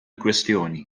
kwestjoni